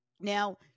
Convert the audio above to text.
Now